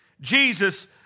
Jesus